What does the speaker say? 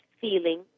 feeling